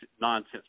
nonsense